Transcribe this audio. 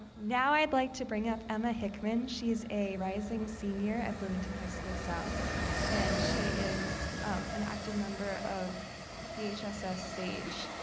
now i'd like to bring up emma hickman she's a rising senior at bloomington high school south and she is an active member of the hss sage